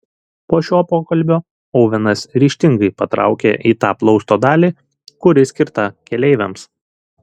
po šio pokalbio ovenas ryžtingai patraukė į tą plausto dalį kuri skirta keleiviams